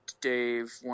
Dave